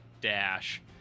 dash